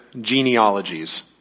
genealogies